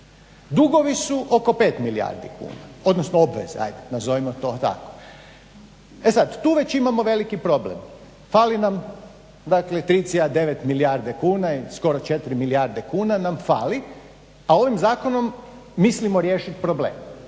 Dugovi su oko 5 milijardi kuna, odnosno obveze, nazovimo to tako. E sad, tu već imamo veliki problem, fali nam dakle 3,9 milijarde kuna, skoro 4 milijarde kuna nam fali, a ovim zakonom mislimo riješit problem.